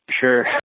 sure